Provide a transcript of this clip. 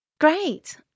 Great